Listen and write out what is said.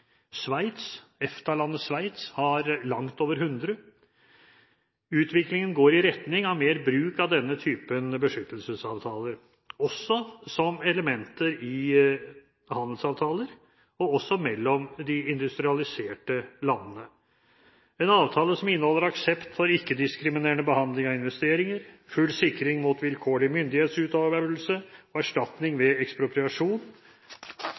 Sveits har langt over 100. Utviklingen går i retning av mer bruk av denne typen beskyttelsesavtaler – også som elementer i handelsavtaler, og også mellom de industrialiserte landene. En avtale som inneholder aksept for ikke-diskriminerende behandling av investeringer, full sikring mot vilkårlig myndighetsutøvelse og erstatning